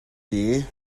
dear